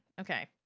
Okay